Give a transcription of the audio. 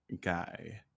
guy